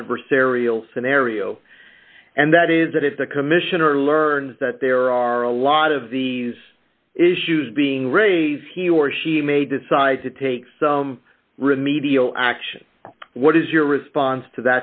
denver sariel scenario and that is that if the commissioner learns that there are a lot of these issues being raise he or she may decide to take some remedial action what is your response to